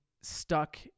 stuck